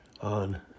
on